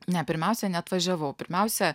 ne pirmiausia ne atvažiavau pirmiausia